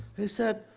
he said,